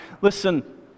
Listen